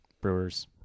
Brewers